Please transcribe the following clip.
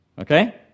Okay